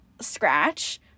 scratch